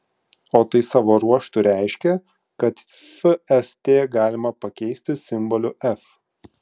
o tai savo ruožtu reiškia kad fst galima pakeisti simboliu f